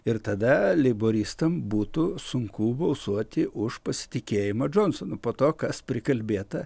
ir tada leiboristam būtų sunku balsuoti už pasitikėjimą džonsonu po to kas prikalbėta